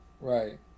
Right